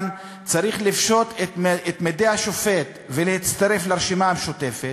צריך לפשוט את מדי השופט ולהצטרף לרשימה המשותפת,